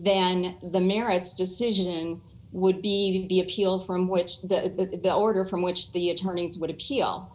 then the merits decision would be the appeal from which the order from which the attorneys would appeal